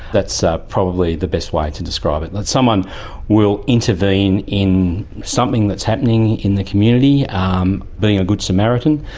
that's ah probably the best way to describe it, that someone will intervene in something that's happening in the community, um a ah good samaritan,